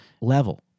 level